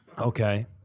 Okay